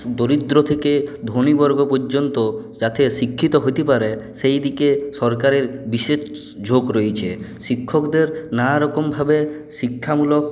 দরিদ্র থেকে ধনীবর্গ পর্যন্ত যাতে শিক্ষিত হতে পারে সেই দিকে সরকারের বিশেষ ঝোঁক রয়েছে শিক্ষকদের নানারকমভাবে শিক্ষামূলক